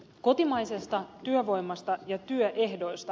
kotimaisesta työvoimasta ja työehdoista